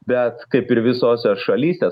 bet kaip ir visose šalyse